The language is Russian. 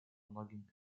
многим